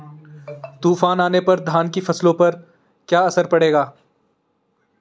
तूफान आने पर धान की फसलों पर क्या असर पड़ेगा?